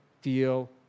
feel